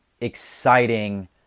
exciting